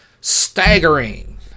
staggering